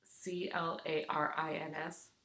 C-L-A-R-I-N-S